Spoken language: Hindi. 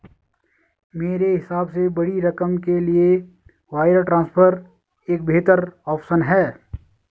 मेरे हिसाब से बड़ी रकम के लिए वायर ट्रांसफर एक बेहतर ऑप्शन है